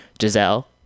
Giselle